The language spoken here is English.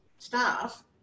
staff